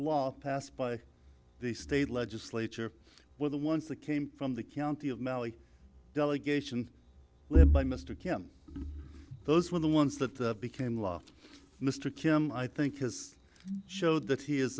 law passed by the state legislature were the ones that came from the county of meli delegation led by mr kim those were the ones that became law mr kim i think has showed that he is